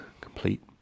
complete